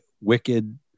wicked